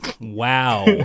Wow